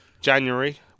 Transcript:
January